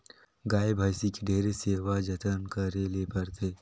गाय, भइसी के ढेरे सेवा जतन करे ले परथे